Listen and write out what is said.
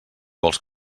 vols